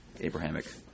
Abrahamic